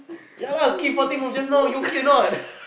ya lah keep farting from just now you okay or not